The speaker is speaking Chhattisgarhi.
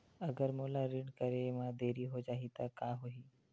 अगर मोला ऋण करे म देरी हो जाहि त का होही?